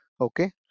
okay